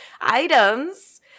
items